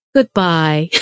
Goodbye